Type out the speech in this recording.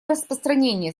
распространения